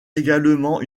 également